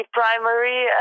primary